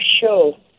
show